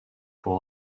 pour